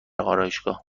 آرایشگاه